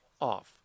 off